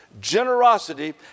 Generosity